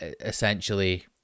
essentially